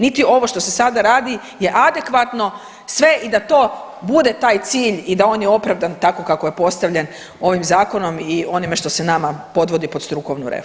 Niti ovo što se sada radi je adekvatno sve i da to bude taj cilj i da on je opravdan tako kako je postavljen ovim zakonom i onime što se nama podvodi pod strukovnu